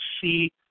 see